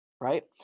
right